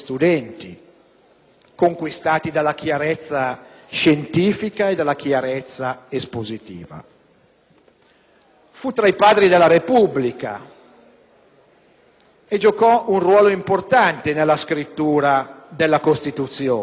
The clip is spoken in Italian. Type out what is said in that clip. conquistati dalla sua chiarezza scientifica ed espositiva. Fu tra i padri della Repubblica e giocò un ruolo importante nella scrittura della Costituzione;